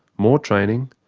more training,